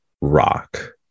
rock